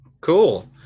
Cool